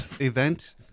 event